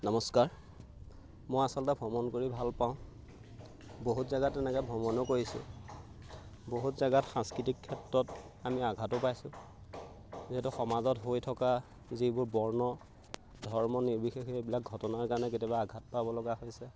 নমস্কাৰ মই আচলতে ভ্ৰমণ কৰি ভাল পাওঁ বহুত জেগাত তেনেকে ভ্ৰমণো কৰিছোঁ বহুত জেগাত সাংস্কৃতিক ক্ষেত্ৰত আমি আঘাতো পাইছোঁ যিহেতু সমাজত হৈ থকা যিবোৰ বৰ্ণ ধৰ্ম নিৰ্বিশেষে এইবিলাক ঘটনাৰ কাৰণে কেতিয়াবা আঘাত পাব লগা হৈছে